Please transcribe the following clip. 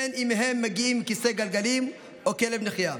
בין שהם מגיעים עם כיסא גלגלים ובין עם כלב נחייה,